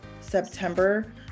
September